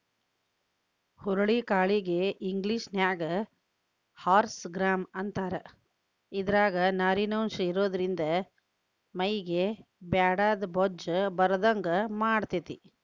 ಹುರುಳಿ ಕಾಳಿಗೆ ಇಂಗ್ಲೇಷನ್ಯಾಗ ಹಾರ್ಸ್ ಗ್ರಾಂ ಅಂತಾರ, ಇದ್ರಾಗ ನಾರಿನಂಶ ಇರೋದ್ರಿಂದ ಮೈಗೆ ಬ್ಯಾಡಾದ ಬೊಜ್ಜ ಬರದಂಗ ಮಾಡ್ತೆತಿ